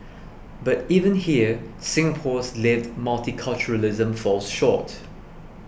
but even here Singapore's lived multiculturalism falls short